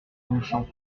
longchamp